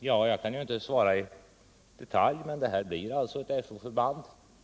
Det kan jag inte svara på i detalj, men det blir alltså ett Fo-förband.